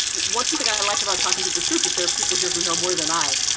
one thing i like about talking to this group is there are people here who know more than i.